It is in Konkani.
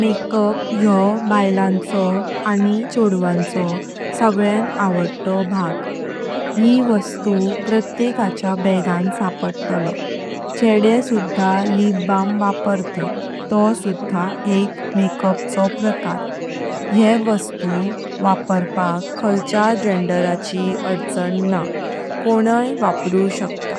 मेक-अप योह बायलांचो आनि चोद्वांचो सगळ्यां आवडतो भाग। यी वसू प्रत्येकाच्या बागान सापडतलो छेडे सुधा लिपबाल्म वापर्तात तोह सुधा एक मेक-अप चो प्रकार। ये वसू वापरपाक खाईच्या जेंडेराची अडचण न्हा कोणी वापरू शक्ता।